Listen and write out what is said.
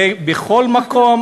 זה בכל מקום,